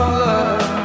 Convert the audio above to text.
love